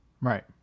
Right